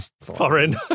Foreign